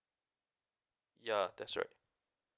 ya that's right